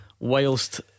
Whilst